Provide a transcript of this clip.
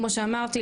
כמו שאמרתי,